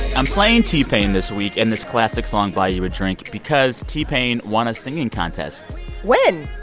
i'm playing t-pain this week and this classic song, buy u a drank, because t-pain won a singing contest when?